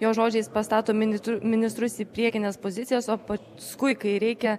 jo žodžiais pastato minis ministrus į priekines pozicijas o paskui kai reikia